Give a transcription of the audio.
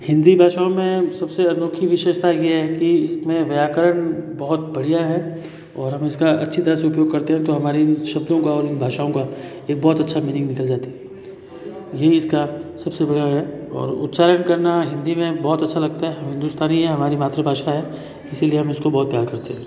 हिंदी भाषा में सबसे अनोखी विशेषता यह है कि इसमें व्याकरण बहुत बढ़िया है और हम इसका अच्छी तरह से उपयोग करते हैं तो हमारी शब्दों का और इन भाषाओ का एक बहुत अच्छा मीनिंग निकल जाती है यह इसका सबसे बड़ा और उच्चारण करना हिन्दी में बहुत अच्छा लगता है हम हिन्दुस्तानी है हमारी मातृभाषा है इसलिए हम इसको बहुत प्यार करते हैं